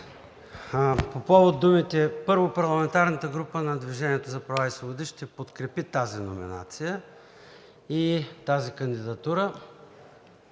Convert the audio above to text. ще бъда. Първо, парламентарната група на „Движение за права и свободи“ ще подкрепи тази номинация и тази кандидатура.